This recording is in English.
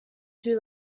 two